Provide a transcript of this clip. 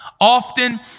Often